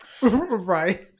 right